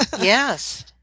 Yes